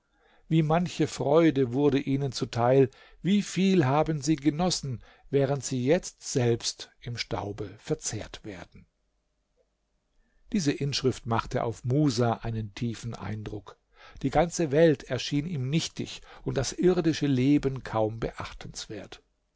wie manche freude wurde ihnen zuteil wie viel haben sie genossen während sie jetzt selbst im staube verzehrt werden diese inschrift machte auf musa einen tiefen eindruck die ganze welt erschien ihm nichtig und das irdische leben kaum beachtenswert